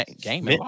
Game